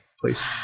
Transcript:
please